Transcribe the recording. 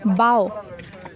বাওঁ